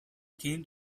came